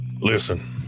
Listen